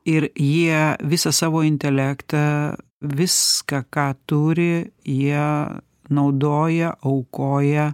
ir jie visą savo intelektą viską ką turi jie naudoja aukoja